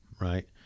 right